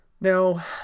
Now